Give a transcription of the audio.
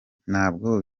ntabwo